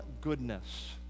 goodness